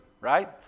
right